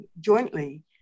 jointly